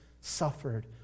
suffered